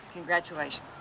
Congratulations